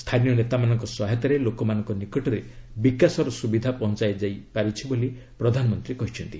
ସ୍ଥାନୀୟ ନେତାମାନଙ୍କ ସହାୟତାରେ ଲୋକମାନଙ୍କ ନିକଟରେ ବିକାଶର ସୁବିଧା ପହଞ୍ଚାଯାଇ ପାରିଛି ବୋଲି ପ୍ରଧାନମନ୍ତ୍ରୀ କହିଛନ୍ତି